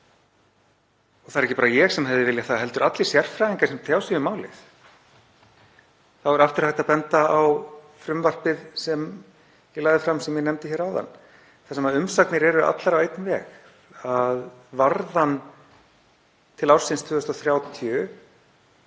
Það er ekki bara ég sem hefði viljað það heldur allir sérfræðingar sem tjá sig um málið. Þá er aftur hægt að benda á frumvarpið sem ég lagði fram sem ég nefndi áðan, þar sem umsagnir eru allar á einn veg, fólki þykir,